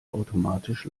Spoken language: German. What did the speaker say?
automatisch